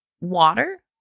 water